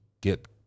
get